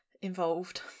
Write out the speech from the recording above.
involved